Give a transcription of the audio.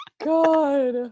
God